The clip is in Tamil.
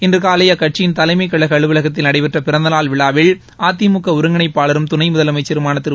இன்று காலை அக்கட்சியின் தலைமைக்கழக அலுவலகத்தில் நடைபெற்ற பிறந்த நாள் விழாவில் அதிமுக ஒருங்கிணைப்பாளரும் துணை முதலமைச்சருமான திரு